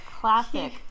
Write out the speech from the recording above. classic